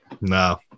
No